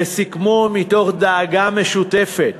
וסיכמו, מתוך דאגה משותפת